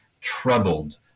troubled